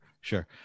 sure